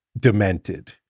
demented